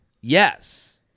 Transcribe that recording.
yes